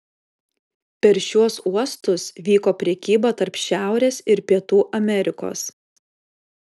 per šiuos uostus vyko prekyba tarp šiaurės ir pietų amerikos